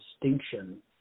Distinction